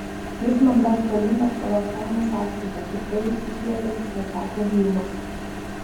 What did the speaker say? jūs man dar skolingas pagal seną sąskaitą piktai išsišiepęs pasakė hjumas